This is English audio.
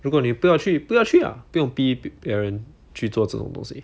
如果你不要去不要去啊不用逼别人去做这种东西